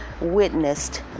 witnessed